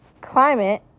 Climate